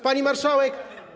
Pani Marszałek!